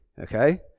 okay